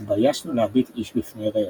התביישנו להביט איש בפני רעהו.